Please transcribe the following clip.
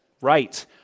Right